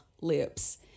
lips